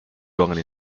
ruangan